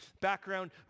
background